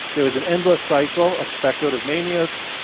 there was an endless cycle of speculative manias,